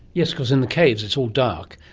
yes, because in the caves it's all dark,